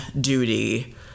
duty